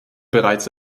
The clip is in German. bereits